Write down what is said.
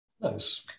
Nice